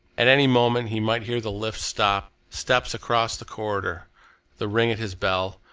at any moment he might hear the lift stop, steps across the corridor the ring at his bell,